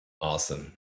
awesome